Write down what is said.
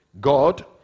God